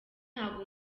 ntabwo